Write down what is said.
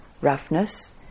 roughness